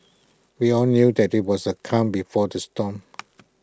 we all knew that IT was the calm before the storm